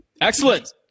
Excellent